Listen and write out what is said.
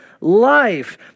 life